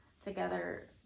together